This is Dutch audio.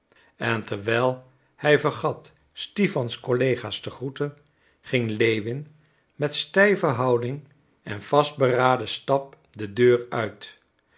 en terwijl hij vergat stipan's collega's te groeten ging lewin met stijve houding en vastberaden stap de deur uit